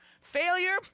failure